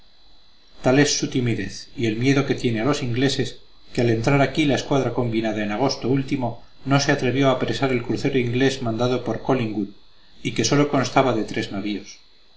tal es su timidez y el miedo que tiene a los ingleses que al entrar aquí la escuadra combinada en agosto último no se atrevió a apresar el crucero inglés mandado por collingwood y que sólo constaba de tres navíos